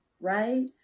right